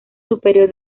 superior